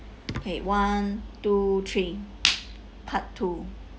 okay one two three part two